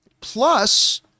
Plus